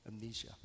amnesia